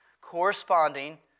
corresponding